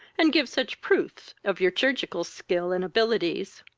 and give such proofs of your chirurgical skill and abilities.